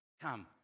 come